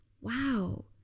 Wow